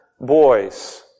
boys